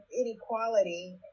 inequality